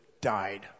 died